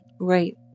Right